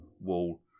wall